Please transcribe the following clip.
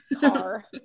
car